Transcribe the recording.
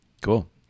cool